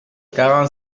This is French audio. quarante